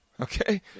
Okay